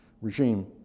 regime